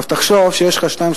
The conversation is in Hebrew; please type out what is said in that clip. תחשוב שיש לך שניים,